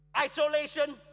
isolation